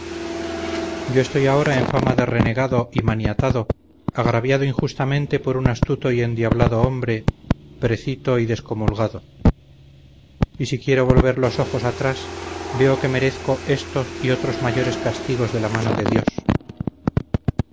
yo estoy ahora en fama de renegado y maniatado agraviado injustamente por un astuto y endiablado hombre precito y descomulgado y si quiero volver los ojos atrás veo que merezco estos y otros mayores castigos de la mano de dios